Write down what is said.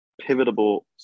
pivotal